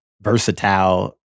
versatile